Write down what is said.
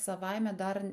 savaime dar